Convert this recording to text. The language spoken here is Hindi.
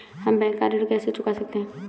हम बैंक का ऋण कैसे चुका सकते हैं?